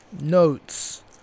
notes